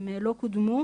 הם לא קודמו,